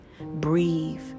breathe